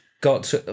got